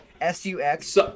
S-U-X